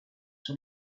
sur